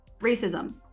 racism